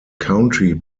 country